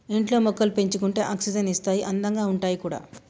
ఇంట్లో మొక్కలు పెంచుకుంటే ఆక్సిజన్ ఇస్తాయి అందంగా ఉంటాయి కూడా